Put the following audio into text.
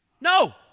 no